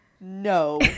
No